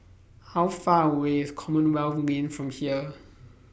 How Far away IS Commonwealth Lane from here